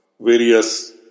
various